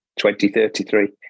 2033